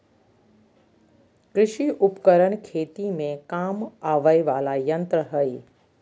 कृषि उपकरण खेती में काम आवय वला यंत्र हई